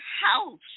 house